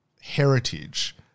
heritage